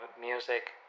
music